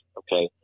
okay